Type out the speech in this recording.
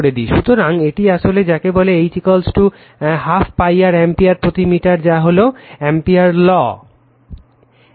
সুতরাং এটি আসলে যাকে বলে H I 2 π r অ্যাম্পিয়ার প্রতি মিটার যা হলো অ্যাম্পিয়ারস ল Amperes Law